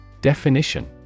Definition